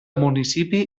municipi